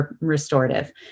restorative